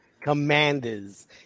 Commanders